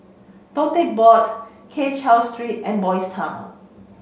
Tote Board Keng Cheow Street and Boys' Town